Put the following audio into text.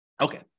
okay